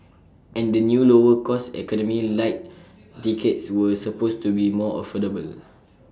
and the new lower cost economy Lite tickets were supposed to be more affordable